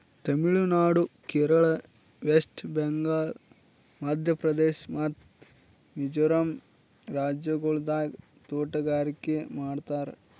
Tamil Nadu, Kerala, West Bengal, Madhya Pradesh ಮತ್ತ ಮಿಜೋರಂ ರಾಜ್ಯಗೊಳ್ದಾಗ್ ತೋಟಗಾರಿಕೆ ಮಾಡ್ತಾರ್